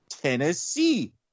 Tennessee